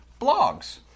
blogs